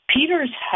Peter's